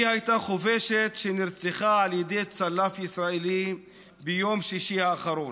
היא הייתה חובשת שנרצחה על ידי צלף ישראלי ביום שישי האחרון.